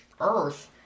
Earth